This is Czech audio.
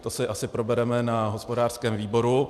To si asi probereme na hospodářském výboru.